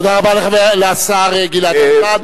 תודה רבה לשר גלעד ארדן.